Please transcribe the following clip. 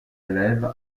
élèves